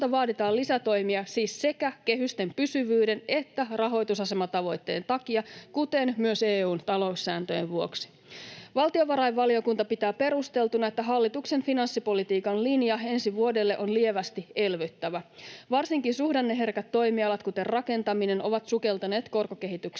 Hallitukselta vaaditaan lisätoimia siis sekä kehysten pysyvyyden että rahoitusasematavoitteen takia, kuten myös EU:n taloussääntöjen vuoksi. Valtiovarainvaliokunta pitää perusteltuna, että hallituksen finanssipolitiikan linja ensi vuodelle on lievästi elvyttävä. Varsinkin suhdanneherkät toimialat, kuten rakentaminen, ovat sukeltaneet korkokehityksen